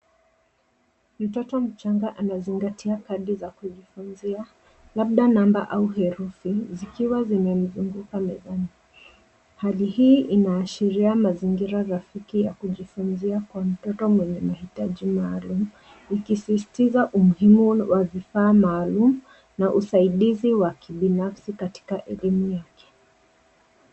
Mtoto mchanga anazingatia kadi za kujifunzia, labda namba au herufi zikiwa zimemzunguka mezani. Hali hii inaashiria mazingira rafiki ya kujifunzia kwa mtoto mwenye mahitaji maalum, ikisisitiza umuhimu wa vifaa maalumu na usaidizi wa kibinafsi katika elimu yake.